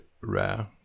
rare